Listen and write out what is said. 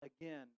again